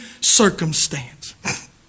circumstance